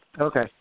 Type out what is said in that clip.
Okay